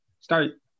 start